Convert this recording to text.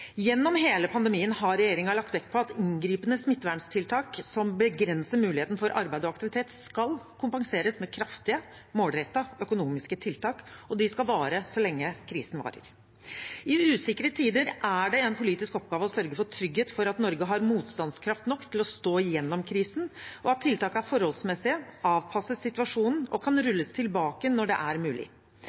Gjennom hele pandemien har regjeringen lagt vekt på at inngripende smitteverntiltak som begrenser muligheten for arbeid og aktivitet, skal kompenseres med kraftige, målrettede økonomiske tiltak, og de skal vare så lenge krisen varer. I usikre tider er det en politisk oppgave å sørge for trygghet for at Norge har motstandskraft nok til å stå gjennom krisen, og at tiltakene er forholdsmessige, avpasset situasjonen og kan rulles tilbake når det er mulig.